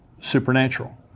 supernatural